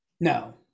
no